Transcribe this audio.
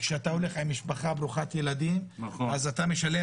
וכשאתה הולך עם משפחה ברוכת ילדים אז אתה משלם